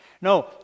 No